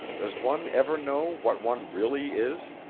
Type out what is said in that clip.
does one ever know what one really is?